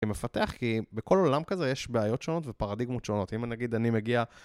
מפתח כי בכל עולם כזה יש בעיות שונות ופרדיגמות שונות, אם נגיד אני מגיע...